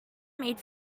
made